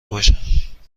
باشم